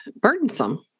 burdensome